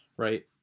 Right